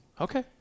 okay